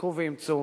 חזקו ואמצו,